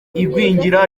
igwingira